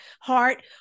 heart